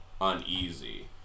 uneasy